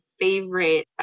favorite